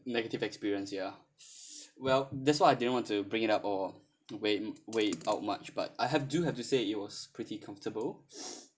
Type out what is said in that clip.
negative experience ya well that's why I didn't want to bring it out or wear wear it out much but I have do have to say it was pretty comfortable